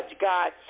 God